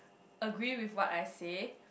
agree with what I say